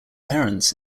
parents